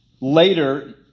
later